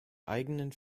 eigenen